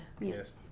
Yes